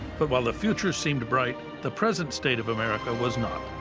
but while the future seemed bright, the present state of america was not.